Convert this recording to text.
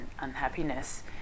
unhappiness